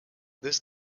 this